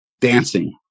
dancing